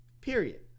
period